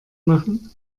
machen